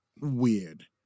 weird